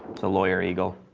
that's a lawyer eagle.